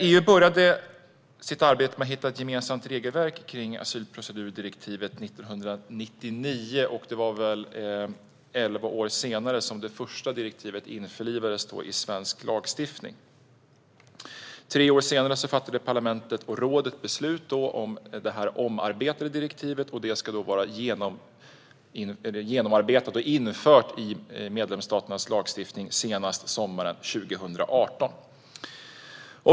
EU började sitt arbete med att hitta ett gemensamt regelverk kring asylprocedurdirektivet 1999, och elva år senare införlivades det första direktivet i svensk lagstiftning. Tre år senare fattade parlamentet och rådet beslut om det omarbetade direktivet, och det ska vara genomarbetat och infört i medlemsstaternas lagstiftning senast sommaren 2018.